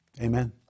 Amen